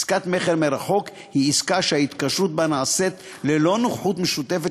עסקת מכר מרחוק היא עסקה שההתקשרות בה נעשית ללא נוכחות משותפת